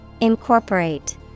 Incorporate